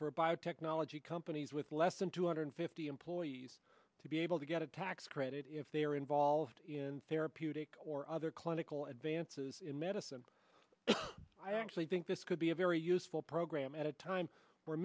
a biotechnology companies with less than two hundred fifty employees to be able to get a tax credit if they are involved in therapeutic or other clinical advances in medicine i actually think this could be a very useful program at a time where